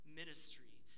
ministry